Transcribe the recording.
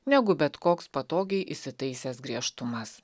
negu bet koks patogiai įsitaisęs griežtumas